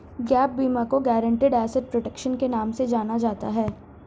gap बीमा को guaranteed asset protection के नाम से जाना जाता है